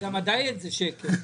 גם הדיאט זה שקר.